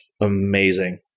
amazing